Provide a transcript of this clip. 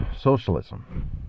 socialism